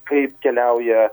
kaip keliauja